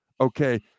Okay